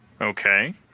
Okay